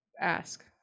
ask